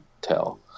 tell